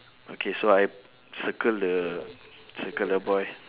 okay so I circle the circle the boy